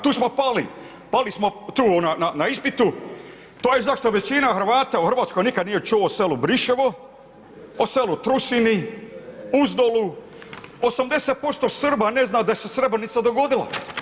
Tu smo pali, pali smo tu na ispitu, to je zašto većina Hrvata u Hrvatskoj nikad nije čulo o selu Briševo, o selu Trusini, Uzdolu, 80% Srba ne zna da se Srebrenica dogodila.